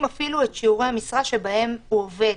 אפילו את שיעורי המשרה שבהם הוא עובד.